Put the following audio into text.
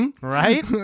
Right